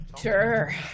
Sure